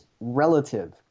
relative